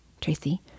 Tracy